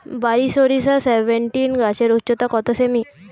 বারি সরিষা সেভেনটিন গাছের উচ্চতা কত সেমি?